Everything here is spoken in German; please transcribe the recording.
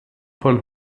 von